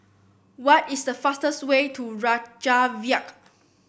what is the fastest way to Reykjavik